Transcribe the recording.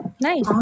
Nice